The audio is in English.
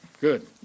Good